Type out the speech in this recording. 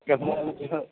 कथं च